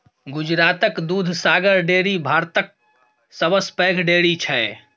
गुजरातक दुधसागर डेयरी भारतक सबसँ पैघ डेयरी छै